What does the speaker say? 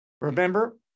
remember